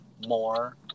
more